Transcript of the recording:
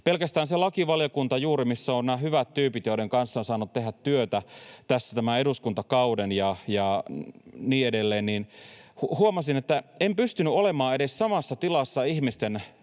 Pelkästään lakivaliokunnassa — juuri siellä, missä ovat nämä hyvät tyypit, joiden kanssa olen saanut tehdä työtä tämän eduskuntakauden ja niin edelleen — huomasin, että en pystynyt olemaan edes samassa tilassa ihmisten